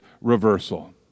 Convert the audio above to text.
reversal